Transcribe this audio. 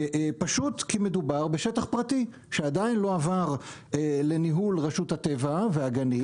פשוט כי מדובר בשטח פרטי שעדיין לא עבר לניהול רשות הטבע והגנים.